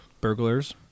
Burglars